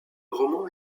roman